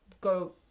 go